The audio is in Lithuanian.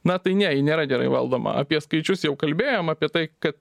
na tai ne ji nėra gerai valdoma apie skaičius jau kalbėjom apie tai kad